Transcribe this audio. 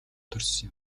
төрсөн